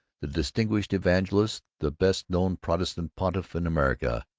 the distinguished evangelist, the best-known protestant pontiff in america,